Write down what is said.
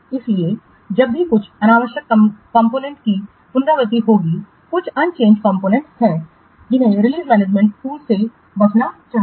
इसलिए जब भी कुछ अनावश्यक कॉम्पोनेंट्स की पुनर्प्राप्ति होगी कुछ अन चेंज कॉम्पोनेंट हैं जिन्हें रिलीज मैनेजमेंट टूल से बचना चाहिए